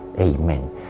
amen